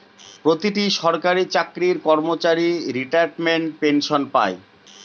প্রতিটি সরকারি চাকরির কর্মচারী রিটায়ারমেন্ট পেনসন পাই